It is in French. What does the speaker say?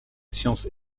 sciences